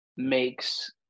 makes